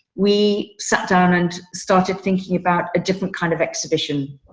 we sat down and started thinking about a different kind of exhibition.